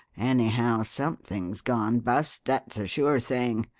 anyhow, something's gone bust, that's a sure thing!